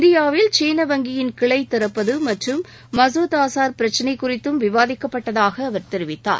இந்தியாவில் சீன வங்கியின் கிளை திறப்பது மற்றும் மசூத் ஆசார் பிரச்னை ஆகியவை குறித்தும் விவாதிக்கப்பட்டதாக அவர் தெரிவித்தார்